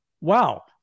wow